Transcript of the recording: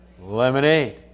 lemonade